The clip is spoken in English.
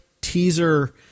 teaser